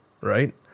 right